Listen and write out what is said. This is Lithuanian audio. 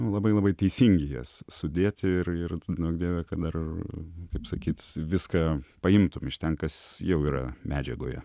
labai labai teisingai jas sudėti irir nu dieve kad dar kaip sakyt viską paimtum iš ten kas jau yra medžiagoje